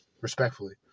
respectfully